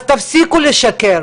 אז תפסיקו לשקר,